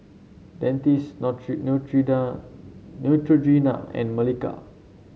Dentiste Neutrogena and Molicare